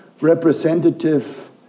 representative